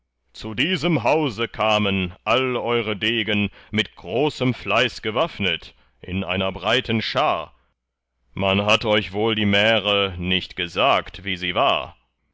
zu diesem hause kamen all eure degen mit großem fleiß gewaffnet in einer breiten schar man hat euch wohl die märe nicht gesagt wie sie war